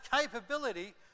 capability